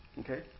Okay